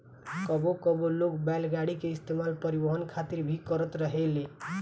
कबो कबो लोग बैलगाड़ी के इस्तेमाल परिवहन खातिर भी करत रहेले